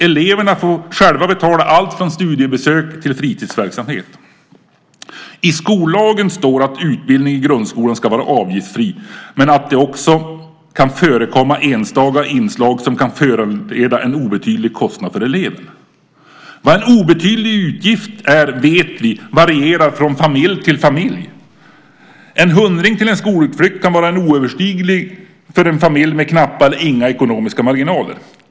Eleverna får själva betala allt från studiebesök till fritidsverksamhet. I skollagen står att utbildning i grundskola ska vara avgiftsfri men att det också kan förekomma enstaka inslag som kan föranleda en obetydlig kostnad för eleverna. Vad en obetydlig kostnad är vet vi varierar från familj till familj. En hundring till en skolutflykt kan vara en oöverstiglig kostnad för en familj med knappa eller inga ekonomiska marginaler.